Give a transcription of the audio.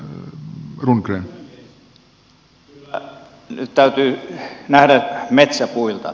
kyllä nyt täytyy nähdä metsä puilta